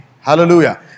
Hallelujah